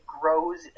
grows